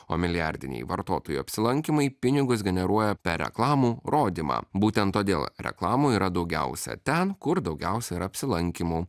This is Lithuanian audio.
o milijardiniai vartotojų apsilankymai pinigus generuoja per reklamų rodymą būtent todėl reklamų yra daugiausia ten kur daugiausia ir apsilankymų